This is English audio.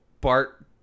Bart